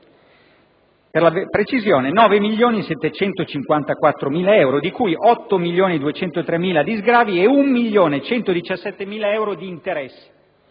per la precisione 9.754.000 euro, di cui 8.203.000 euro di sgravi, 1.117.000 euro di interessi